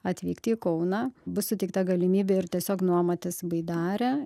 atvykti į kauną bus suteikta galimybė ir tiesiog nuomotis baidarę